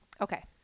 Okay